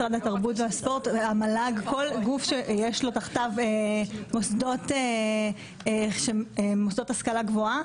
משרד התרבות והספורט או כל גוף שיש תחתיו מוסדות להשכלה גבוהה,